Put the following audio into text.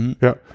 Ja